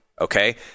okay